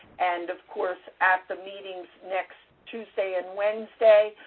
and of course, at the meetings next tuesday and wednesday,